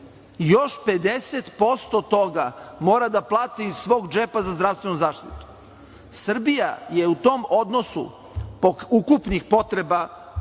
još 50% toga mora da plati iz svog džepa za zdravstvenu zaštitu. Srbija je u tom odnosu ukupnih potreba